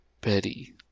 Betty